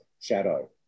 shadow